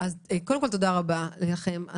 תודה רבה לכם.